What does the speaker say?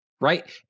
right